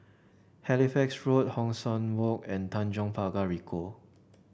Halifax Road Hong San Walk and Tanjong Pagar Ricoh